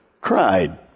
cried